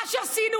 מה שעשינו,